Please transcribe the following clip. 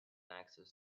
access